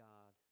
God